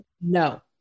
No